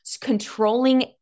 controlling